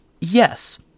yes